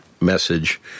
message